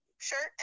shirt